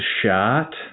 Shot